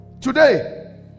today